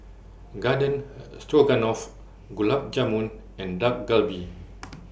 Garden Stroganoff Gulab Jamun and Dak Galbi